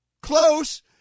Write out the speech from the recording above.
Close